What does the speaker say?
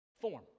form